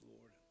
Lord